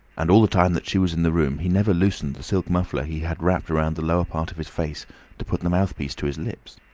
and all the time that she was in the room he never loosened the silk muffler he had wrapped round the lower part of his face to put the mouthpiece to his lips.